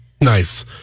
Nice